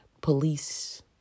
police